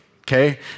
okay